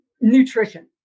nutrition